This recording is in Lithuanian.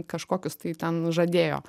kažkokius tai ten žadėjo